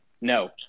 no